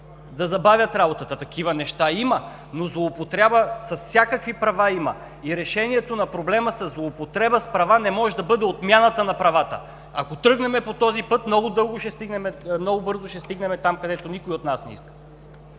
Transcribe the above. да забавят работата, такива неща има, злоупотреба с всякакви права има и решението на проблема със злоупотреба с права не може да бъде отмяната на правата. Ако тръгнем по този път, много бързо ще стигнем там, където никой от нас не иска.